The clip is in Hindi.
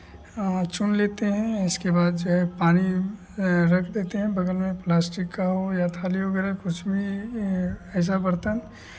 चुन लेते हैं इसके बाद जो है पानी रख देते हैं बगल में प्लास्टिक का हो या थाली वगैरह कुछ भी ऐसा बर्तन